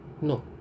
No